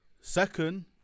Second